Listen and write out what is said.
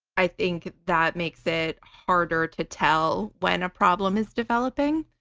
i think that makes it harder to tell when a problem is developing.